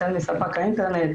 החל מספק האינטרנט,